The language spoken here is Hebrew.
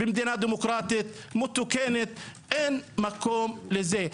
במדינה דמוקרטית מתוקנת אין מקום לזה.